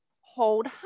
hold